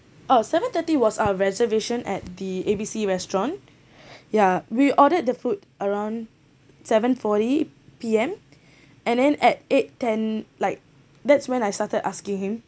uh seven-thirty was our reservation at the A B C restaurant ya we ordered the food around seven-forty P_M and then at eight ten like that's when I started asking him